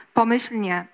pomyślnie